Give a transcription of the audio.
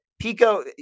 Pico